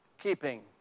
Keeping